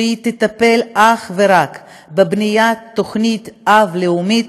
שתטפל אך ורק בבניית תוכנית אב לאומית